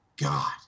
God